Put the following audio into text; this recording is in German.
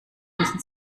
müssen